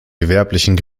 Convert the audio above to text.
gewerblichen